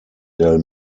del